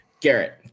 Garrett